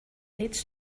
needs